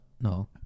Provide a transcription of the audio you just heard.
no